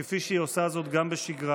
כפי שהיא עושה זאת גם בשגרה.